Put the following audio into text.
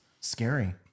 scary